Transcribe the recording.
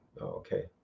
okay